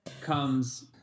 comes